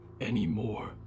anymore